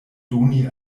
doni